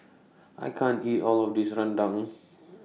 I can't eat All of This Rendang